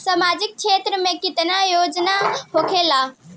सामाजिक क्षेत्र में केतना योजना होखेला?